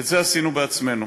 את זה עשינו בעצמנו.